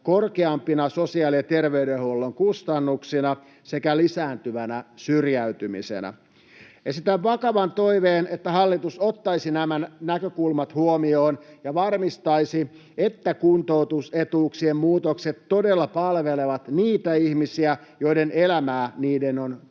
korkeampina sosiaali- ja terveydenhuollon kustannuksina sekä lisääntyvänä syrjäytymisenä. Esitän vakavan toiveen, että hallitus ottaisi nämä näkökulmat huomioon ja varmistaisi, että kuntoutusetuuksien muutokset todella palvelevat niitä ihmisiä, joiden elämää niiden on tarkoitus